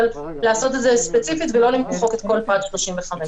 אבל לעשות את זה ספציפית ולא למחוק את כל פרט (35) בבקשה.